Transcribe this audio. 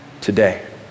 today